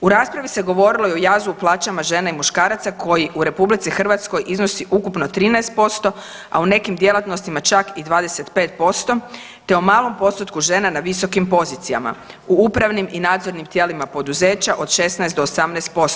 U raspravi se govorilo i o jazu u plaćama žena i muškaraca koji u Republici Hrvatskoj iznosi ukupno 13%, a u nekim djelatnostima čak i 25%, te u malom postotku žena na visokim pozicijama u upravnim i nadzornim tijelima poduzeća od 16 do 18%